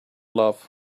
love